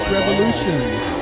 Revolutions